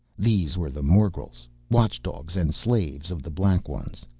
these were the morgels, watchdogs and slaves of the black ones.